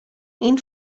این